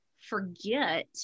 forget